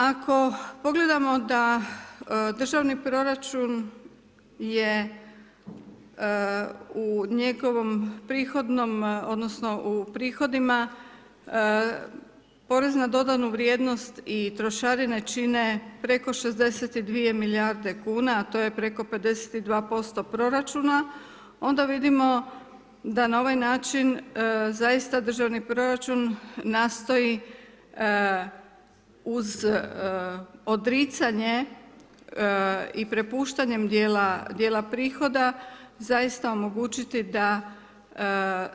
Ako pogledamo da državni proračun je u njegovom prihodnom, odnosno, u prihodima porez na dodanu vrijednost i trošarinu čine preko 62 milijardi kn, a to je preko 52% proračuna, onda vidimo, da n a ovaj način, zaista državni proračun, nastoji, uz odricanje i prepuštanjem dijela prihoda, zaista omogućiti, da